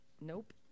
nope